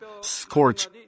scorch